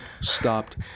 stopped